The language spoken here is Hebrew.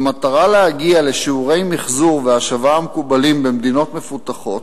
במטרה להגיע לשיעורי מיחזור והשבה המקובלים במדינות מפותחות,